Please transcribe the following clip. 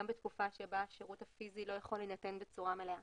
בתקופה בה השירות הפיזי לא יכול להינתן בצורה מלאה.